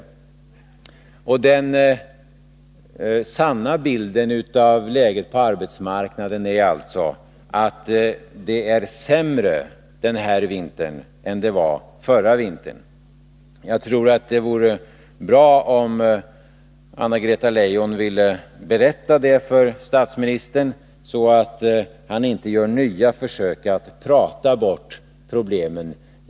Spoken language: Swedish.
Den sanna bilden av läget på arbetsmarknaden är alltså att det är sämre den här vintern än det var förra vintern. Jag tror att det vore bra om Anna-Greta Leijon ville berätta det för statsministern, så att han inte gör nya försök att prata bort problemen.